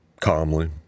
calmly